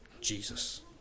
Jesus